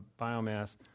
biomass